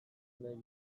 nahi